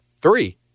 Three